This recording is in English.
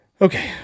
Okay